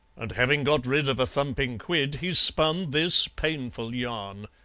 and having got rid of a thumping quid, he spun this painful yarn